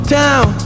town